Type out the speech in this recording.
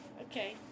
Okay